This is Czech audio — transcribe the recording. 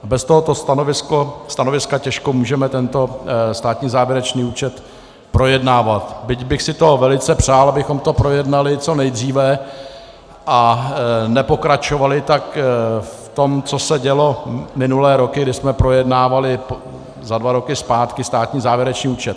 Bez tohoto stanoviska těžko můžeme státní závěrečný účet projednávat, byť bych si to velice přál, abychom to projednali co nejdříve a nepokračovali tak v tom, co se dělo minulé roky, kdy jsme projednávali za dva roky zpátky státní závěrečný účet.